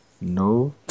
no